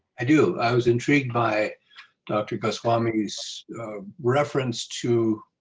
i do. i was intrigued by dr. goswami's reference to